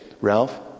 Ralph